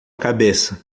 cabeça